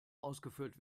ausgeführt